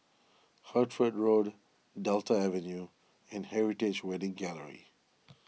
Hertford Road Delta Avenue and Heritage Wedding Gallery